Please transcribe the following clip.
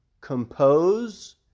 compose